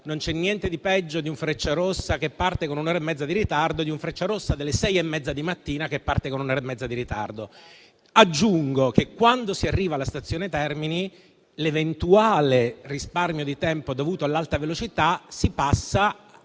non c'è niente di peggio di un Frecciarossa che parte con un'ora e mezza di ritardo e di un Frecciarossa delle 6,30 del mattino che parte con un'ora e mezza di ritardo. Aggiungo che, quando si arriva alla stazione Termini, l'eventuale risparmio di tempo dovuto all'Alta velocità si passa